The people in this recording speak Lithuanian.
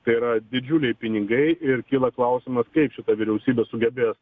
tai yra didžiuliai pinigai ir kyla klausimas kaip šita vyriausybė sugebės